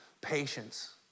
patience